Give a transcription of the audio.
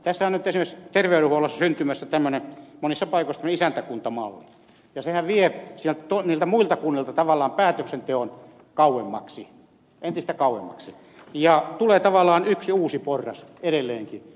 tässä on esimerkiksi terveydenhuollossa syntymässä monissa paikoissa tämmöinen isäntäkuntamalli ja sehän vie niiltä muilta kunnilta tavallaan päätöksenteon kauemmaksi entistä kauemmaksi ja tulee tavallaan yksi uusi porras edelleenkin